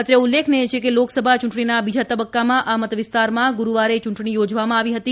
અત્રે ઉલ્લેખનીય છે કે લોકસભા ચ્રૂંટક્ષીના બીજા તબક્કામાં આ મતવિસ્તારમાં ગુરૂવારે ચૂંટણી યોજવામાં આવી હતી